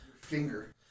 Finger